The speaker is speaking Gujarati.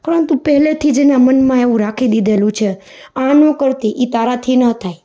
પરંતુ પહેલેથી જ એના મનમાં એવું રાખી દીધેલું છે આ ન કરતી એ તારાથી ન થાય